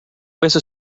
beso